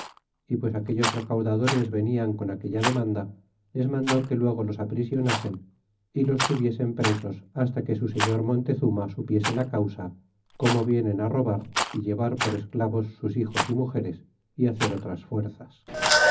y pues aquellos recaudadores venian con aquella demanda les mandó que luego los aprisionasen fi los tuviesen presos hasta que su señor montezuma supiese la causa como vienen robar y llevar por esclavos sus hijos y mugeres é hacer otras fuerzas